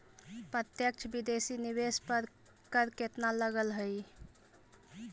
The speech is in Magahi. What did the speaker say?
प्रत्यक्ष विदेशी निवेश पर कर केतना लगऽ हइ?